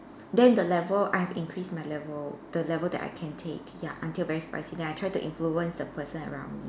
then the level I've increased my level the level that I can take ya until very spicy then I try to influence the person around me